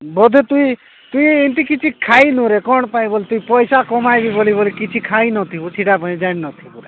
ବୋଧେ ତୁଇ ତୁଇ ଏମିତି କିଛି ଖାଇନୁରେ କ'ଣ ପାଇଁ ବୋଲେ ତୁଇ ପଇସା କମାଇବି ବୋଲି ବୋଲି କିଛି ଖାଇନଥିବୁ ସେଇଟା ଜାଣିିନଥିବୁ ବୋଲି